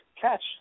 catch